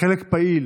חלק פעיל